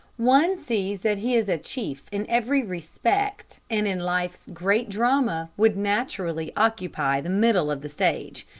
one sees that he is a chief in every respect and in life's great drama would naturally occupy the middle of the stage.